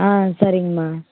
ஆ சரிங்கமா